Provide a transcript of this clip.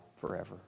forever